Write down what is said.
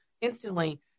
instantly